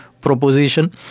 proposition